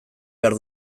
behar